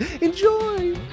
enjoy